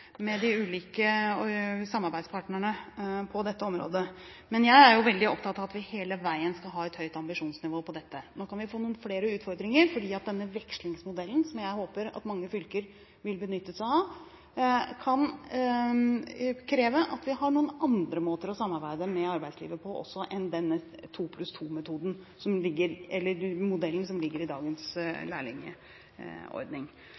de ulike samarbeidspartnerne på dette området. Jeg er veldig opptatt av at vi hele veien skal ha et høyt ambisjonsnivå her. Nå kan vi få noen flere utfordringer, for denne vekslingsmodellen, som jeg håper at mange fylker vil benytte seg av, kan kreve at vi har noen andre måter å samarbeide med arbeidslivet på enn den 2+2-modellen som ligger i dagens lærlingordning. Så er jeg veldig opptatt av at i